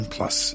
Plus